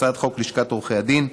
הצעת חוק לשכת עורכי הדין,